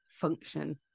function